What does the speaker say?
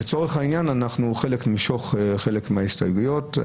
לצורך העניין, אנחנו נמשוך חלק מההסתייגויות.